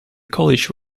college